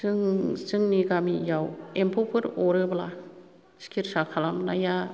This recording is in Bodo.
जोंनि गामियाव एम्फौफोर अरोब्ला सिकित्सा खालामनाया